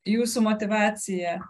jūsų motyvacija